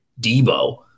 Debo